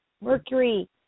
Mercury